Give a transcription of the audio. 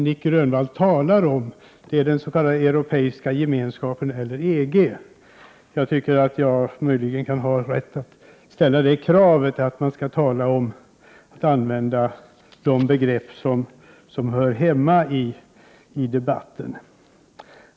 Nic Grönvall talar uppenbarligen om den Europeiska gemenskapen, EG. Jag anser det möjligen vara min rätt att ställa krav på att man använder de begrepp som hör hemma i debatten.